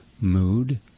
mood